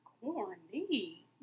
corny